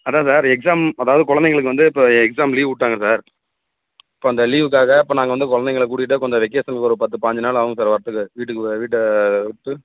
அதான் sir exam அதாவது குழந்தைங்களுக்கு வந்து இப்போ எக்ஸாம் லீவு விட்டாங்க சார் இப்போ அந்த லீவுக்காக இப்போ நாங்கள் வந்து குழந்தைங்கள கூட்டிட்டு இப்போ அந்த வெக்கேஷனுக்கு ஒரு பத்து பயஞ்சு நாள் ஆகும் சார் வர்றதுக்கு வீட்டுக்கு வீட்டை விட்டு